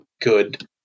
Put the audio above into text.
good